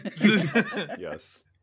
Yes